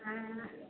हँ